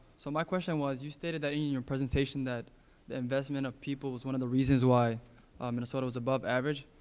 so my question was, you stated that in your presentation that the investment of people was one of the reasons why minnesota was above average.